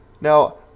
Now